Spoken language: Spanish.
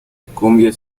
cumbia